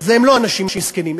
הם לא אנשים מסכנים,